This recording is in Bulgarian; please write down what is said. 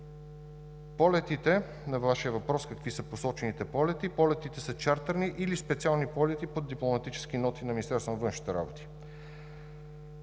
София. На Вашия въпрос – какви са посочените полети, полетите са чартърни или специални полети под дипломатически ноти на